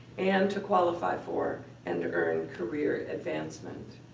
and to qualify for and earn career advancement.